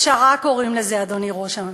פשרה קוראים לזה, אדוני ראש הממשלה.